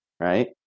Right